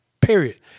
Period